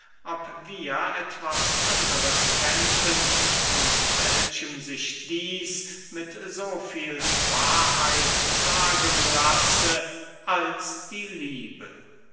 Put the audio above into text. ob wir etwas anderes kennten von welchem sich dieß mit so viel wahrheit sagen lasse als die liebe